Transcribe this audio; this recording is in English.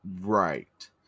Right